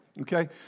okay